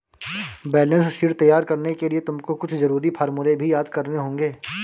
balance sheet तैयार करने के लिए तुमको कुछ जरूरी फॉर्मूले भी याद करने होंगे